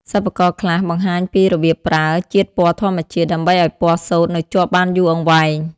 សិប្បករខ្លះបង្ហាញពីរបៀបប្រើ ជាតិពណ៌ធម្មជាតិ ដើម្បីឱ្យពណ៌សូត្រនៅជាប់បានយូរអង្វែង។